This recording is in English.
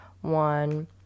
one